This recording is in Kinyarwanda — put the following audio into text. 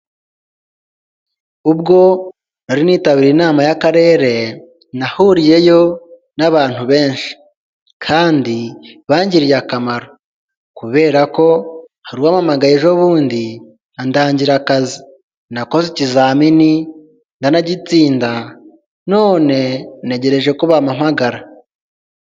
Ubwo nari nitabiriye inama y'akarere, nahuriyeyo n'abantu benshi, kandi bangiriye akamaro, kubera ko hari uwampamagaye ejobundi andangira akazi, nakoze ikizamini ndanagitsinda none ntegereje ko bampamagara.